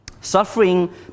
Suffering